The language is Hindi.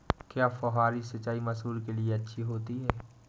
क्या फुहारी सिंचाई मसूर के लिए अच्छी होती है?